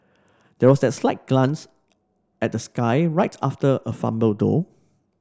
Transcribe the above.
there was that slight glance at the sky right after a fumble though